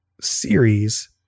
series